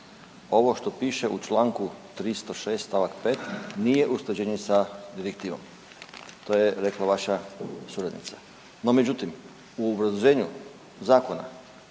ovo što piše u članku 306. stavak 5. nije usklađeno sa direktivom. To je rekla vaša suradnica. No međutim u obrazloženju zakona